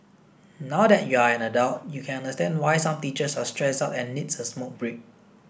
now that you're an adult you can understand why some teachers are stressed out and needs a smoke break